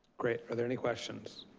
great, are there any questions?